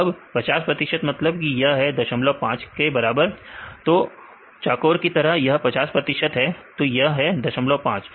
अब 50 प्रतिशत मतलब यह और यह 05 के बराबर ह तो चाकोर की तरह यह 50 प्रतिशत है तो यह 05 है